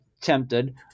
tempted